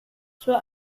zur